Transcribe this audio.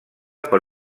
per